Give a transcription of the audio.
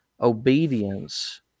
obedience